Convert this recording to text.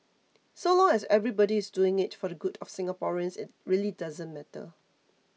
so long as everybody is doing it for the good of Singaporeans it really doesn't matter